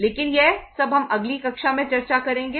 लेकिन यह सब हम अगली कक्षा में चर्चा करेंगे